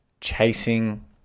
chasing